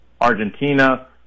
Argentina